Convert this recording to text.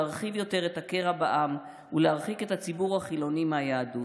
להרחיב יותר את הקרע בעם ולהרחיק את הציבור החילוני מהיהדות?